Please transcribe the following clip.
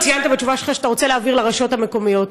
ציינת בתשובה שלך שאתה רוצה להעביר לרשויות המקומיות.